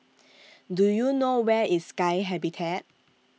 Do YOU know Where IS Sky Habitat